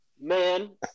man